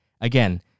again